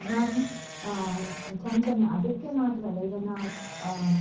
ನಾನು ಚಮಚನ ಅದಕ್ಕೆ ಮಾತ್ರ ಅಲ್ಲ ಈಗ ನಾವು